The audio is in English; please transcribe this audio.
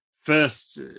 first